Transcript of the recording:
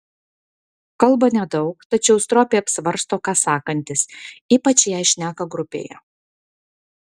kalba nedaug tačiau stropiai apsvarsto ką sakantis ypač jei šneka grupėje